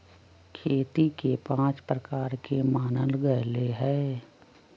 खेती के पाँच प्रकार के मानल गैले है